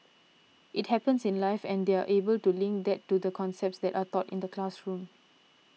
it happens in life and they're able to link that to the concepts that are taught in the classroom